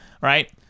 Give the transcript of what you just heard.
right